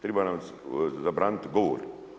Triba nam zabraniti govor.